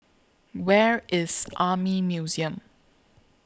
Where IS Army Museum